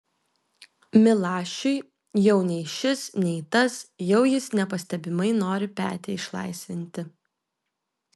milašiui jau nei šis nei tas jau jis nepastebimai nori petį išlaisvinti